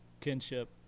kinship